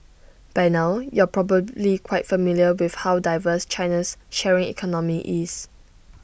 by now you're probably quite familiar with how diverse China's sharing economy is